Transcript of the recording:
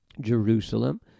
jerusalem